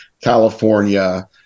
California